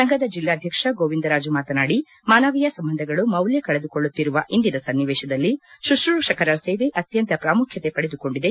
ಸಂಘದ ಜಿಲ್ಲಾಧಕ್ಷ ಗೋವಿಂದರಾಜು ಮಾತನಾಡಿ ಮಾನವೀಯ ಸಂಬಂಧಗಳು ಮೌಲ್ಯ ಕಳೆದುಕೊಳ್ಳುತ್ತಿರುವ ಇಂದಿನ ಸನ್ನಿವೇಶದಲ್ಲಿ ಶುತ್ರೂಷಕರ ಸೇವೆ ಅತ್ತಂತ ಪ್ರಾಮುಖ್ಯತೆ ಪಡೆದುಕೊಂಡಿದೆ